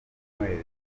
emmanuel